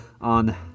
on